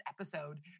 episode